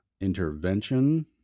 intervention